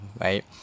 right